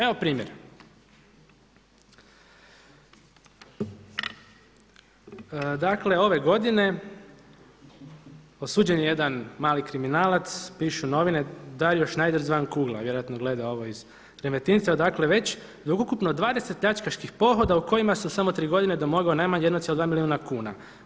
Evo primjera, dakle ove godine osuđen je jedan mali kriminalac pišu novine Dario Šnajder zvan Kugla, vjerojatno gleda ovo iz Remetinca, dakle već od ukupno 20 pljačkaških pohoda u kojima se samo u tri godine domogao najmanje 1,2 milijuna kuna.